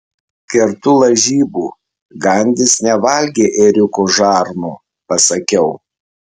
kertu lažybų gandis nevalgė ėriuko žarnų pasakiau